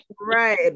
right